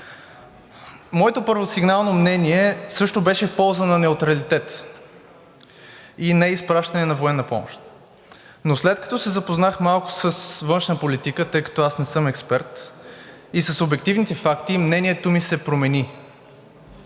Моето първосигнално мнение също беше в полза на неутралитет и неизпращане на военна помощ, но след като се запознах малко с външна политика, тъй като аз не съм експерт, с обективните факти, мнението ми се промени.